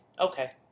Okay